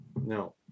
No